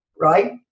right